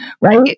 right